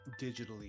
digitally